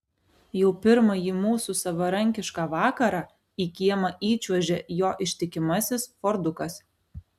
jau pirmąjį mūsų savarankišką vakarą į kiemą įčiuožia jo ištikimasis fordukas